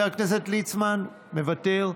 מוותר,